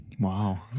wow